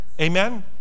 Amen